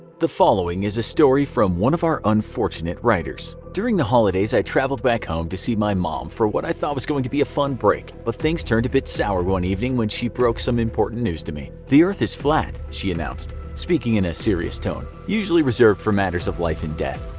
the following is a story from one of our unfortunate writers during the holidays i traveled back home to see my mom for what i thought was going to be a fun break, but things turned a bit sour one evening when she broke some important news to me. the earth is flat, she announced, speaking in a serious tone usually reserved for matters of life and death.